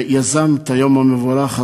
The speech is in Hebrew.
שיזם את היום המבורך הזה.